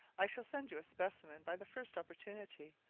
i shall send you a specimen by the first opportunity,